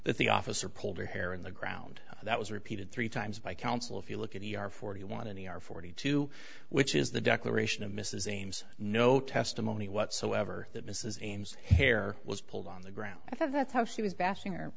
that the officer pulled her hair in the ground that was repeated three times by counsel if you look at the are forty want any are forty two which is the declaration of mrs ames no testimony whatsoever that mrs ames hair was pulled on the ground that's how she was bashing or